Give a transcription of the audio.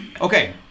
Okay